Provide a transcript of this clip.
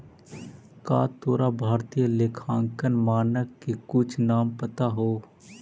का तोरा भारतीय लेखांकन मानक के कुछ नाम पता हो?